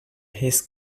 his